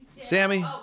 Sammy